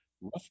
rough